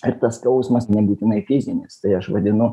ar tas skausmas nebūtinai fizinis tai aš vadinu